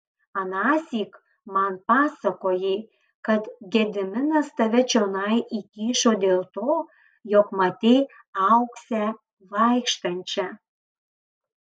anąsyk man pasakojai kad gediminas tave čionai įkišo dėl to jog matei auksę vaikštančią